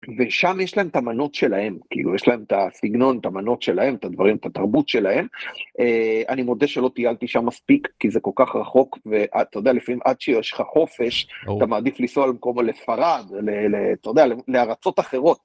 ושם יש להם את המנות שלהם כאילו יש להם את הסגנון את המנות שלהם את הדברים את התרבות שלהם אני מודה שלא טיילתי שם מספיק כי זה כל כך רחוק ואתה יודע לפעמים עד שיש לך חופש אתה מעדיף לנסוע למקום הלפרד לארצות אחרות.